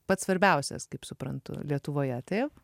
pats svarbiausias kaip suprantu lietuvoje taip